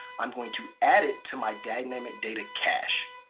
i'm going to add it to my dynamic data cache.